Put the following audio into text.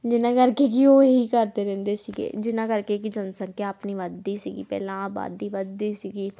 ਜਿਨ੍ਹਾਂ ਕਰਕੇ ਕਿ ਉਹ ਇਹੀ ਕਰਦੇ ਰਹਿੰਦੇ ਸੀਗੇ ਜਿਨ੍ਹਾਂ ਕਰਕੇ ਕਿ ਜਨਸੰਖਿਆ ਆਪਣੀ ਵੱਧਦੀ ਸੀਗੀ ਪਹਿਲਾਂ ਆਬਾਦੀ ਵੱਧਦੀ ਸੀਗੀ